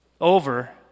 over